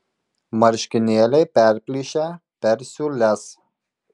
marškinėliai perplyšę per siūles